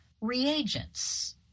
reagents